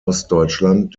ostdeutschland